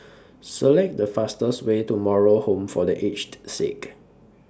Select The fastest Way to Moral Home For The Aged Sick